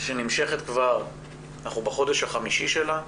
שאנחנו כבר בחודש החמישי שלה.